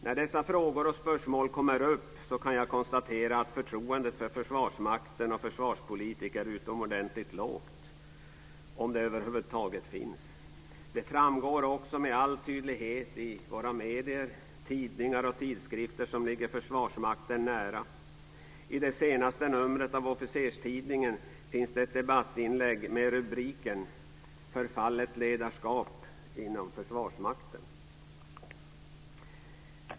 När dessa frågor och spörsmål kommer upp kan jag konstatera att förtroendet för Försvarsmakten och försvarspolitiker är utomordentligt lågt - om det över huvud taget finns. Det framgår också med all tydlighet i våra medier, tidningar och tidskrifter som ligger Försvarsmakten nära. I det senaste numret av Officerstidningen finns det ett debattinlägg med rubriken Förfallet ledarskap inom Försvarsmakten.